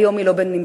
היום היא לא בנמצא,